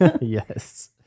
Yes